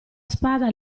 spada